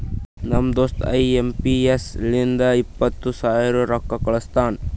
ನಮ್ ದೋಸ್ತ I M P S ಲಿಂತ ಇಪ್ಪತೈದು ಸಾವಿರ ರೊಕ್ಕಾ ಕಳುಸ್ತಾನ್